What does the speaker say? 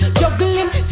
juggling